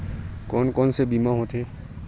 कोन कोन से बीमा होथे?